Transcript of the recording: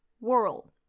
world